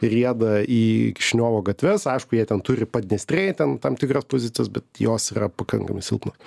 rieda į kišiniovo gatves aišku jie ten turi padniestrėj ten tam tikras pozicijas bet jos yra pakankamai silpnos